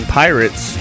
pirates